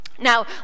Now